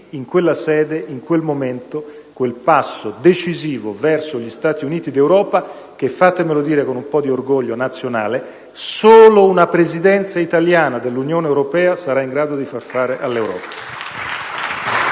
in quella sede, in quel momento, quel passo decisivo verso gli Stati Uniti d'Europa che - fatemelo dire con un po' di orgoglio nazionale - solo una Presidenza italiana dell'Unione europea sarà in grado di far fare all'Europa.